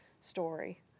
story